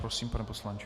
Prosím, pane poslanče.